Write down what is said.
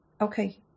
Okay